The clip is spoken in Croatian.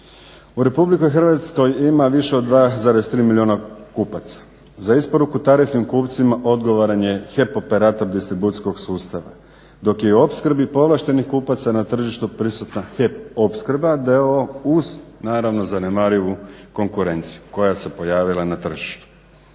U Republici Hrvatskoj ima više od 2,3 milijuna kupaca. Za isporuku tarifnim kupcima odgovoran je HEP operator distribucijskog sustava, dok je u opskrbi povlaštenih kupaca na tržištu prisutan HEP opskrba d.o.o. uz naravno zanemarivu konkurenciju koja se pojavila na tržištu.